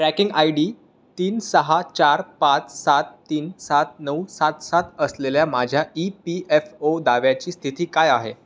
tracking I D तीन सहा चार पाच सात तीन सात नऊ सात सात असलेल्या माझ्या ई पी एफ ओ दाव्याची स्थिती काय आहे